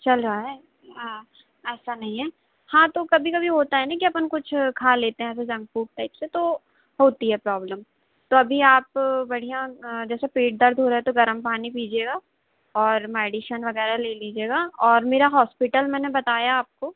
चल रहा है ऐसा नहीं है हाँ तो कभी कभी होता है न कि अपन कुछ खा लेते हैं ऐसे जंक फूड टाइप से तो होती है प्रॉब्लम तो अभी आप बढ़िया जैसे पेट दर्द हो रहा है तो गरम पानी पीजिएगा और मेडिशन वगैरह ले लीजिएगा और मेरा हॉस्पिटल मैंने बताया आपको